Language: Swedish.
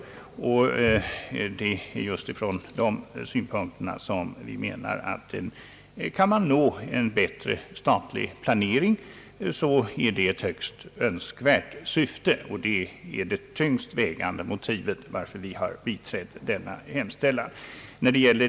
Det är just utifrån dessa synpunkter som vi menar att kan man nå en bättre statlig planering så är det ett högst önskvärt syfte, och det är det tyngst vägande motivet för att vi har biträtt denna hemställan.